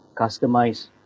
customize